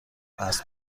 اسب